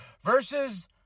Versus